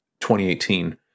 2018